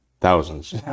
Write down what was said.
thousands